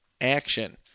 Action